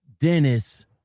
Dennis